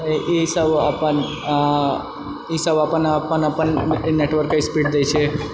इसब अपन अऽ इसब अपन अपन अपन नेटवर्कके स्पीड दए छै